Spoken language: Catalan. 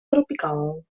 tropical